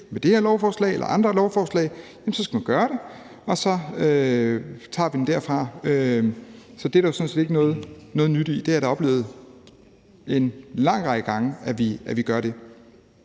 ved det her lovforslag eller andre lovforslag, skal man gøre det, og så tager vi den derfra. Det er der jo sådan set ikke noget nyt i. Jeg har da oplevet en lang række gange, at vi gør det.